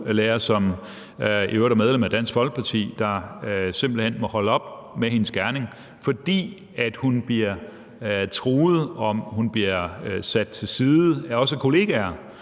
som i øvrigt er medlem af Dansk Folkeparti, der simpelt hen må holde op med at udøve sin gerning, fordi hun bliver truet, og fordi hun bliver sat til side, også af kollegaer,